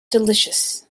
delicious